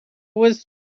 was